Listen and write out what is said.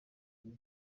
uko